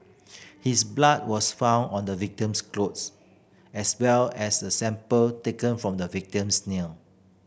his blood was found on the victim's clothes as well as a sample taken from the victim's nail